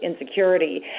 insecurity